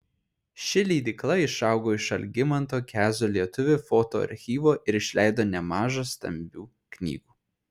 ši leidykla išaugo iš algimanto kezio lietuvių foto archyvo ir išleido nemaža stambių knygų